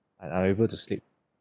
un~ unable to sleep